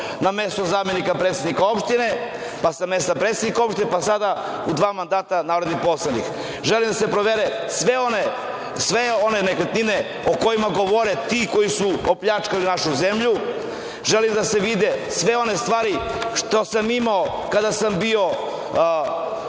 na mesto zamenika predsednika opštine, pa sa mesta predsednika opštine, pa sada u dva mandata narodnog poslanika. Želim da se provere sve one nekretnine o kojima govore ti koji su opljačkali našu zemlju, želim da se vide sve one stvari koje sam imao kada sam bio